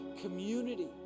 community